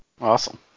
Awesome